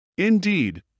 Indeed